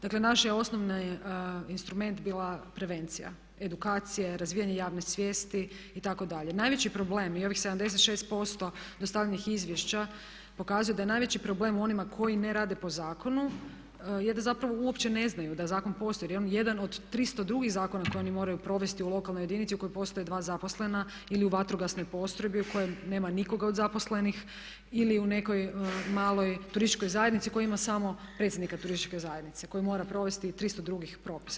Dakle, naš je osnovni instrument bila prevencija, edukacija, razvijanje javne svijesti, itd. najveći problem i ovih 76% dostavljenih izvješća pokazuje da je najveći problem u onima koji ne rade po zakonu je zapravo uopće ne znaju da zakon postoji jer je on jedan od 300 drugih zakona koje oni moraju provesti u lokalnoj jedinici u kojoj postoje dva zaposlena ili u vatrogasnoj postrojbi u kojoj nema nikoga od zaposlenih ili u nekoj maloj turističkoj zajednici koja ima samo predsjednika turističke zajednice koji mora provesti 300 drugih propisa.